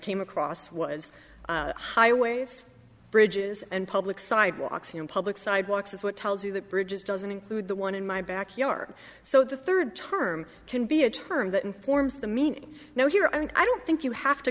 came across was highways bridges and public sidewalks and public sidewalks is what tells you that bridges doesn't include the one in my backyard so the third term can be a term that informs the meaning now here and i don't think you have to